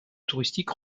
touristique